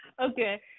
Okay